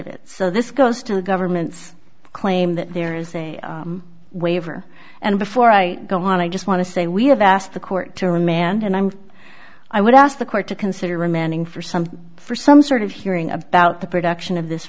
of it so this goes to the government's claim that there is a waiver and before i go on i just want to say we have asked the court to remand and i'm i would ask the court to consider remanding for some for some sort of hearing about the production of this